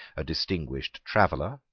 a distinguished traveller,